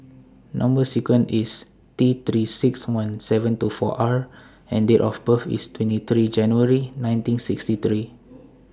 Number sequence IS T three six one seven two four R and Date of birth IS twenty three January nineteen sixty three